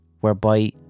whereby